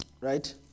right